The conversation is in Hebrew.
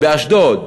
באשדוד,